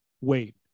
wait